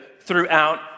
throughout